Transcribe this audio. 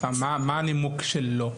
מה הנימוק של לא?